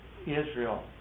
Israel